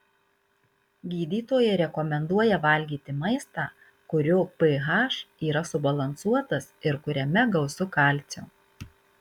gydytojai rekomenduoja valgyti maistą kurio ph yra subalansuotas ir kuriame gausu kalcio